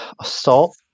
assault